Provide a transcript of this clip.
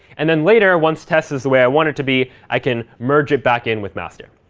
and then later, once test is the way i want it to be, i can merge it back in with master.